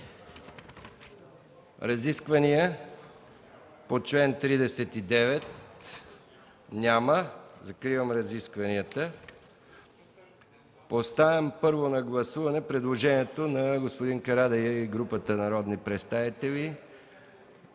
разисквания по чл. 39? Няма. Закривам разискванията. Поставям първо на гласуване предложението на господин Карадайъ и групата народни представители